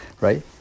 right